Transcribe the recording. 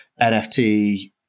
NFT